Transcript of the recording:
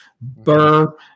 burr